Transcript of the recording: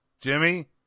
Jimmy